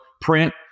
print